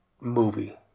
movie